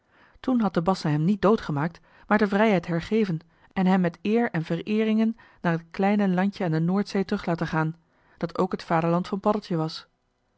toen had de bassa hem niet doodgemaakt maar de vrijheid hergeven en hem met eer en vereeringen naar het kleine landje aan de noordzee terug laten gaan dat ook het vaderland van paddeltje was